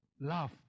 Love